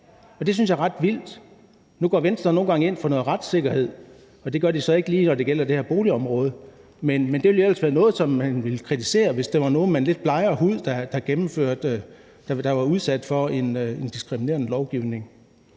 Det synes jeg er ret vildt. Nu går Venstre nogle gange ind for noget retssikkerhed; det gør de så ikke lige, når det gælder det her boligområde, men det ville jo ellers være noget, man ville kritisere, hvis det var nogle med en lidt blegere hud, der var udsat for en diskriminerende lovgivning.